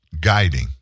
guiding